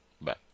Bye